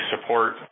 support